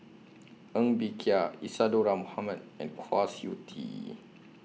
Ng Bee Kia Isadhora Mohamed and Kwa Siew Tee